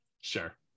sure